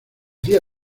día